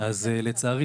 אז לצערי,